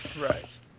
Right